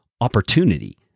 opportunity